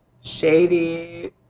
shady